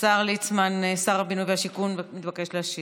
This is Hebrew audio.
השר ליצמן, שר הבינוי והשיכון, מתבקש להשיב.